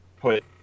put